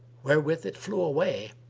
wherewith it flew away,